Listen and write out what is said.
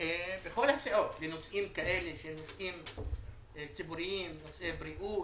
בכל הסיעות בנושאים כאלה שהם נושאים ציבוריים נושאי בריאות,